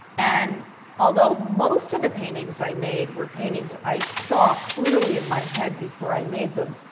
and although most of the paintings i made were paintings i saw clearly in my head before i made them,